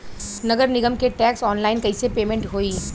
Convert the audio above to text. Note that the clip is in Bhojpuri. नगर निगम के टैक्स ऑनलाइन कईसे पेमेंट होई?